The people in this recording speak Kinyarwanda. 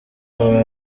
mama